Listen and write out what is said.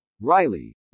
Riley